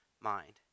mind